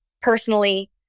personally